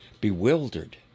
bewildered